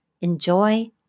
Enjoy